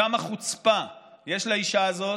כמה חוצפה יש לאישה הזאת.